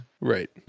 Right